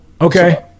okay